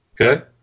okay